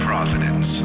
Providence